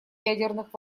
ядерных